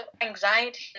anxiety